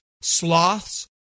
sloths